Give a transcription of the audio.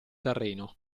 terreno